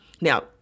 Now